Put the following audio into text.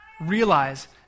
realize